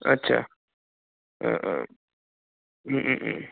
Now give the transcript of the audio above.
आस्सा